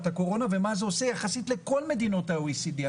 הקורונה ומה זה עושה יחסית לכל מדינות ה-OECD.